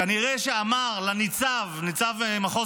כנראה אמר לניצב מחוז